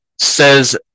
says